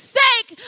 sake